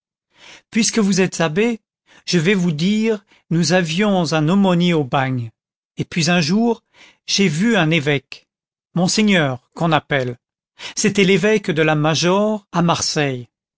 puisque vous êtes abbé je vais vous dire nous avions un aumônier au bagne et puis un jour j'ai vu un évêque monseigneur qu'on appelle c'était l'évêque de la majore à marseille